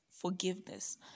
forgiveness